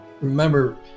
remember